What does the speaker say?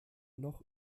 noch